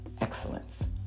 excellence